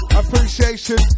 appreciation